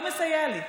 לא מסייע לי,